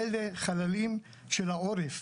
אלה חללים של העורף,